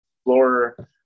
Explorer